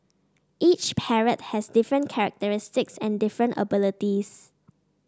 each parrot has different characteristics and different abilities